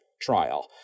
trial